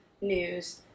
news